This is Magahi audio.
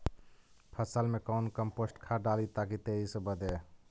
फसल मे कौन कम्पोस्ट खाद डाली ताकि तेजी से बदे?